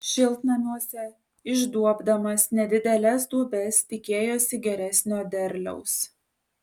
šiltnamiuose išduobdamas nedideles duobes tikėjosi geresnio derliaus